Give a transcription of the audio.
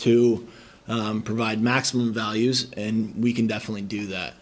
to provide maximum values and we can definitely do that